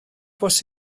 bws